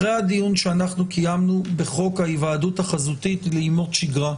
אחרי הדיון שאנחנו קיימנו בחוק ההיוועדות החזותית לימות שגרה,